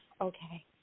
Okay